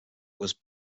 was